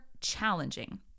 challenging